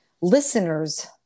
Listeners